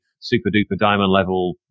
super-duper-diamond-level